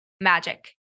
magic